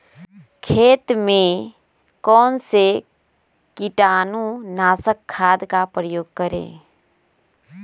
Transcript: खेत में कौन से कीटाणु नाशक खाद का प्रयोग करें?